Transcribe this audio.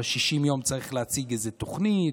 אתה ב-60 יום צריך להציג איזו תוכנית,